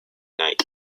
night